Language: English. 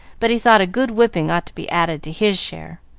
but he thought a good whipping ought to be added to his share.